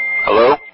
Hello